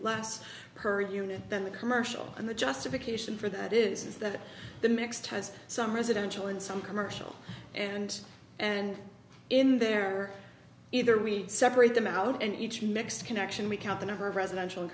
less per unit than the commercial and the justification for that is that the mix has some residential and some commercial and and in there either we separate them out and each mix connection we count the number of residential